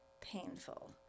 painful